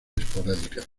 esporádicas